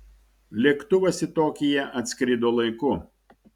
lėktuvas į tokiją atskrido laiku